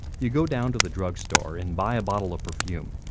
you go down to the drug store and buy a bottle of perfume.